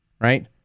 right